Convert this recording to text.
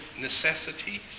necessities